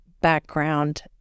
background